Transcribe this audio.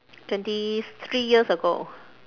twenty three years ago